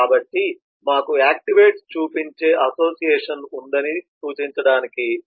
కాబట్టి మాకు యాక్టివేట్స్ చూపించే అసోసియేషన్ ఉందని సూచించడానికి